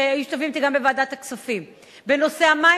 שמשתתפים אתי גם בוועדת הכספים בנושא המים